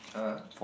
(uh huh)